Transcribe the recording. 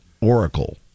Oracle